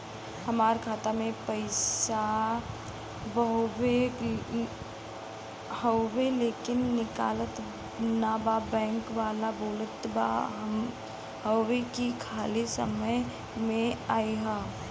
हमार खाता में पैसा हवुवे लेकिन निकलत ना बा बैंक वाला बोलत हऊवे की खाली समय में अईहा